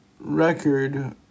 record